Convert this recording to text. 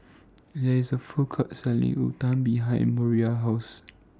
There IS A Food Court Selling Uthapam behind Moriah's House